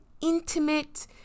Intimate